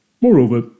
Moreover